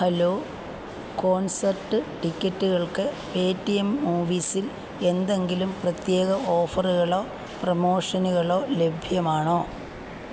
hello concert ടിക്കറ്റുകൾക്ക് Paytm മൂവീസിൽ എന്തെങ്കിലും പ്രത്യേക ഓഫറുകളോ പ്രമോഷനുകളോ ലഭ്യമാണോ